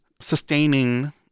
sustaining